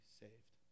saved